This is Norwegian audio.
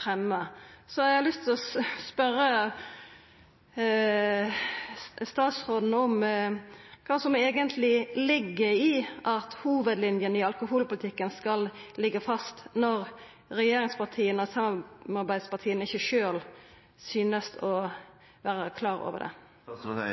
fremja. Så eg har lyst til å spørja statsråden om kva som eigentleg ligg i at hovudlinjene i alkoholpolitikken skal liggja fast, når regjeringspartia og samarbeidspartia ikkje sjølve synest å vera klar over det.